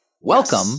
welcome